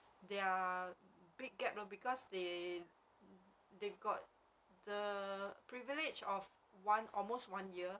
they are big gap lah because they they got the privilege of one almost one year